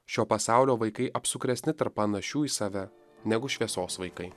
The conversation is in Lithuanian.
šio pasaulio vaikai apsukresni tarp panašių į save negu šviesos vaikai